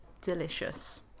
delicious